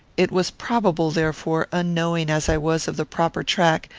it was probable, therefore, unknowing as i was of the proper track,